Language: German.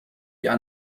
ihre